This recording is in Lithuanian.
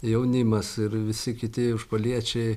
jaunimas ir visi kiti užpaliečiai